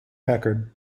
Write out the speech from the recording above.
packard